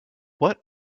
what